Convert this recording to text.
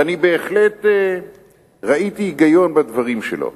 ואני בהחלט ראיתי היגיון בדברים שלו.